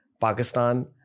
Pakistan